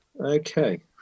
Okay